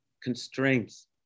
constraints